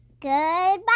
Goodbye